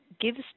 gives